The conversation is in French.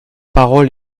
parole